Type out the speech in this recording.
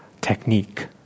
technique